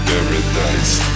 Paradise